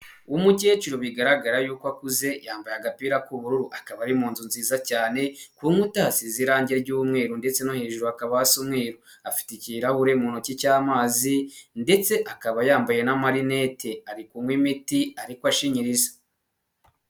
Umukecuru bigaragara yuko akuze, yambaye agapira k'ubururu, akaba ari mu nzu nziza cyane, ku nkuta hasize irangi ry'umweru ndetse no hejuru hakaba hasa umweru, afite ikirahure mu ntoki cy'amazi ndetse akaba yambaye n'amarinete, ari kunywa imiti ariko ashinyiriza.